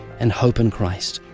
and hope in christ.